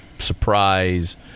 surprise